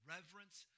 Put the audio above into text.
Reverence